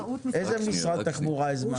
איזה משרד התחבורה הזמנת?